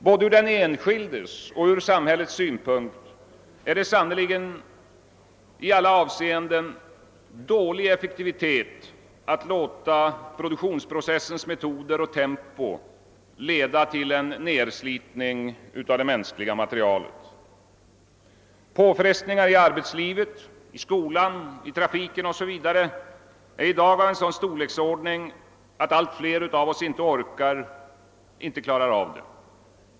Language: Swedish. Både ur den enskildes och ur samhällets synpunkt är det sannerligen från alla sidor sett dålig effektivitet att låta produktionsprocessens metoder och tempo leda till en nedslitning av det mänskliga materialet. Påfrestningarna i arbetsli vet, i skolan, i trafiken o.s.v. är i dag av sådan storleksordning att allt fler av oss inte orkar, inte klarar det.